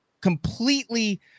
completely